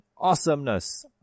awesomeness